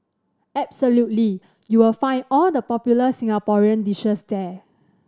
absolutely you will find all the popular Singaporean dishes there